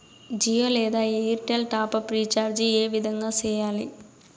జియో లేదా Airtel top up recharge ఏ విధంగా సేయాలి